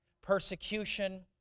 persecution